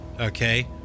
Okay